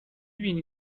بینی